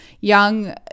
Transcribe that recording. young